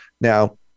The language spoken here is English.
Now